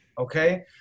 okay